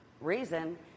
reason